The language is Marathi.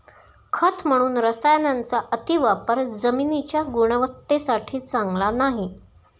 खत म्हणून रसायनांचा अतिवापर जमिनीच्या गुणवत्तेसाठी चांगला नाही